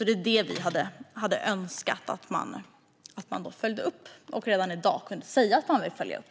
Det är alltså det vi hade önskat att man följde upp - och redan i dag sa att man vill följa upp.